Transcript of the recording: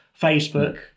Facebook